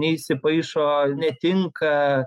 neįsipaišo netinka